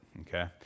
Okay